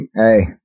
Hey